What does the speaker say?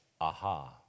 Aha